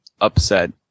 upset